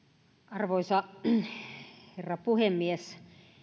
arvoisa herra puhemies